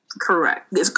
Correct